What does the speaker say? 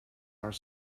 are